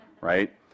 right